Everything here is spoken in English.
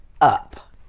up